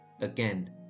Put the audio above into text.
again